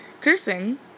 Cursing